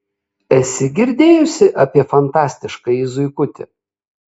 esi girdėjusi apie fantastiškąjį zuikutį